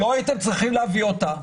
לא הייתם צריכים להביא אותה.